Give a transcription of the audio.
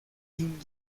king